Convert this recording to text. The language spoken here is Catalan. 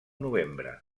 novembre